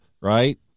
right